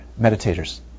meditators